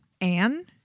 Anne